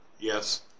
Yes